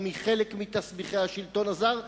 או מחלק מתסביכי השלטון הזר,